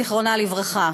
זכרה לברכה,